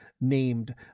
named